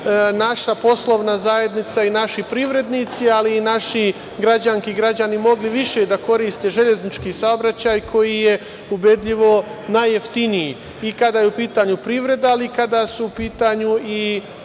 naša poslovna zajednica i naši privrednici, ali i naši građani i građanke mogli više da koriste železnički saobraćaj koji je ubedljivo najjeftiniji i kada je u pitanju privreda, ali i kada smo u pitanju mi